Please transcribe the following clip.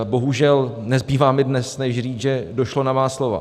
Bohužel nezbývá mi dnes než říct, že došlo na má slova.